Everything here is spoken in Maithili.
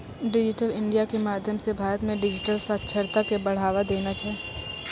डिजिटल इंडिया के माध्यम से भारत मे डिजिटल साक्षरता के बढ़ावा देना छै